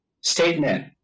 statement